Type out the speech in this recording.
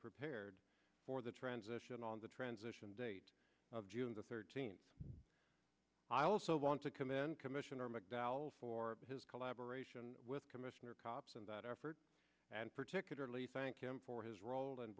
prepared for the transition on the transition date of june the thirteenth i also want to commend commissioner mcdowell for his collaboration with commissioner cops in that effort and particularly thank him for his role